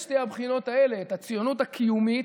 שתי הבחינות האלה: את הציונות הקיומית,